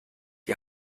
die